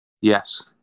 Yes